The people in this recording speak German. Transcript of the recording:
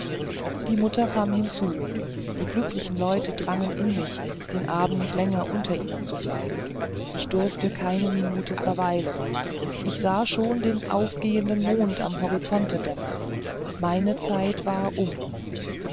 die mutter kam hinzu die glücklichen leute drangen in mich den abend länger unter ihnen zu bleiben ich durfte keine minute weilen ich sah schon den aufgehenden mond am horizonte dämmern meine zeit war um